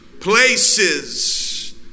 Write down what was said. places